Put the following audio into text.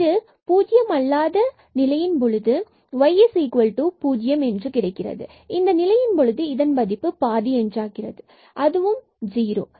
y0 பூஜ்ஜியம் அல்லது இந்த நிலையின் பொழுது இதன் மதிப்பு ½ பாதி என்றாகிறது அதுவும் ஜீரோ